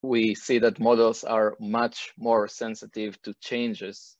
אנחנו רואים שהמודלים הם הרבה יותר רגישים לשינויים